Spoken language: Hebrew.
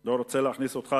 לא רוצה להכניס אותך,